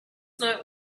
not